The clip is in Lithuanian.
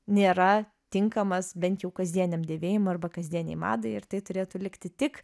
nėra tinkamas bent jau kasdieniam dėvėjimui arba kasdienei madai ir tai turėtų likti tik